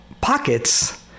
pockets